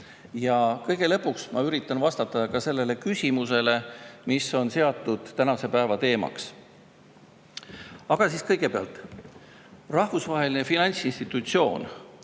Kõige lõpuks üritan vastata ka sellele küsimusele, mis on seatud tänase päeva teemaks. Aga kõigepealt rahvusvahelistest finantsinstitutsioonidest,